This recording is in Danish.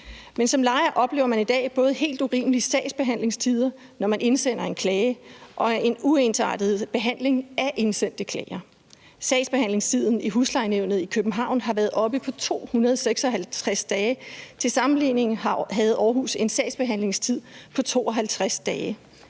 Men som lejer oplever man i dag både helt urimelige sagsbehandlingstider, når man indsender en klage, og en uensartet behandling af indsendte klager. Sagsbehandlingstiden i huslejenævnet i København har været oppe på 256 dage. Til sammenligning havde Aarhus en sagsbehandlingstid på 52 dage.